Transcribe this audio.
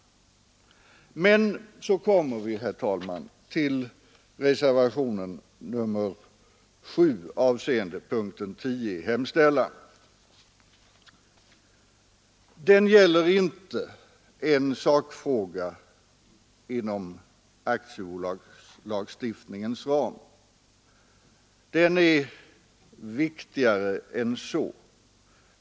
Så till reservation 7, avseende punkten 10 i hemställan. Den gäller inte en sakfråga inom aktiebolagsslagstiftningens ram. Den är viktigare än så.